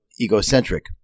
egocentric